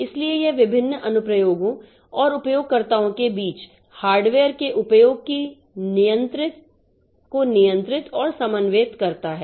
इसलिए यह विभिन्न अनुप्रयोगों और उपयोगकर्ताओं के बीच हार्डवेयर के उपयोग को नियंत्रित और समन्वयित करता है